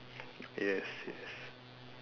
yes yes